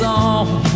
on